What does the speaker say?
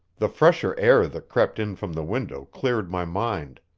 the fresher air that crept in from the window cleared my mind,